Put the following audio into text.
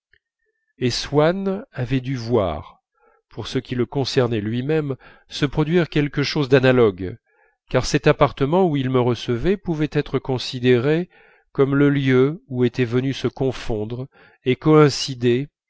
et swann avait dû voir pour ce qui le concernait lui-même se produire quelque chose d'analogue car cet appartement où il me recevait pouvait être considéré comme le lieu où étaient venus se confondre et coïncider